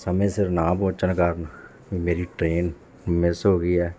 ਸਮੇਂ ਸਿਰ ਨਾ ਪਹੁੰਚਣ ਕਾਰਨ ਮੇਰੀ ਟਰੇਨ ਮਿਸ ਹੋ ਗਈ ਹੈ